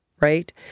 Right